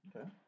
Okay